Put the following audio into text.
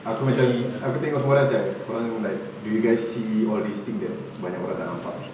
aku macam aku tengok semua orang macam korang like do you guys see all these things that's banyak orang tak nampak